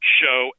show